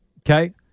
Okay